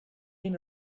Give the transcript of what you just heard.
been